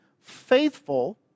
faithful